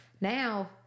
now